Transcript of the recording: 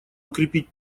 укрепить